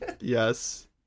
yes